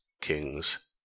kings